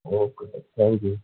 okay sir thank you